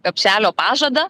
kapšelio pažadą